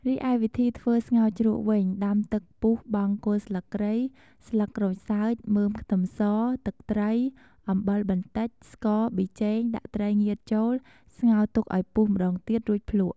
រីឯវិធីធ្វើស្ងោរជ្រក់វិញដាំទឹកពុះបង់គល់ស្លឹកគ្រៃ ស្លឹកក្រូចសើច មើមខ្ទឹមស ទឹកត្រី អំបិលបន្តិច ស្ករ ប៊ីចេង ដាក់ត្រីងៀតចូល ស្ងោទុកឱ្យពុះម្ដងទៀតរួចភ្លក់។